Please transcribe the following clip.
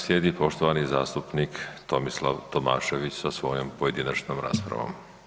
Slijedi poštovani zastupnik Tomislav Tomašević sa svojom pojedinačnom raspravom.